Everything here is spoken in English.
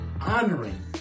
honoring